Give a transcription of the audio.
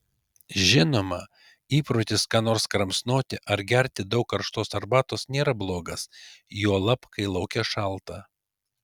žinoma įprotis ką nors kramsnoti ar gerti daug karštos arbatos nėra blogas juolab kai lauke šalta